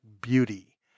Beauty